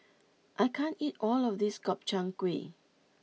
I can't eat all of this Gobchang Gui